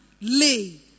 lay